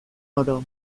oro